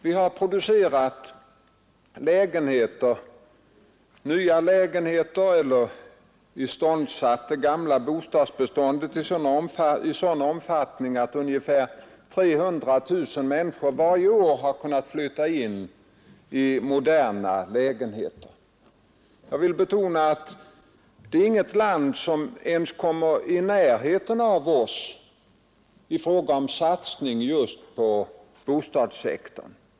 Vi har producerat nya lägenheter eller iståndsatt det gamla bostadsbeståndet i sådan omfattning att ungefär 300 000 människor varje år kunnat flytta in i moderna lägenheter. Jag vill betona att inget land kommer ens i närheten av oss i fråga om satsning just på bostadssektorn.